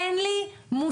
אין לי מושג,